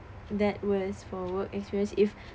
that whereas for work experience if